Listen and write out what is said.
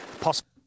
possible